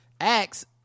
acts